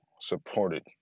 supported